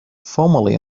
formally